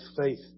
faith